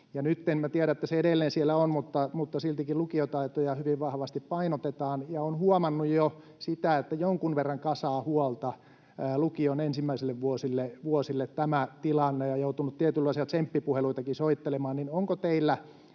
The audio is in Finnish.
Minä tiedän, että se edelleen siellä on, mutta siltikin lukiotaitoja hyvin vahvasti painotetaan. Olen huomannut jo sen, että jonkun verran kasaa huolta lukion ensimmäisille vuosille tämä tilanne, ja olen joutunut tietynlaisia tsemppipuheluitakin soittelemaan.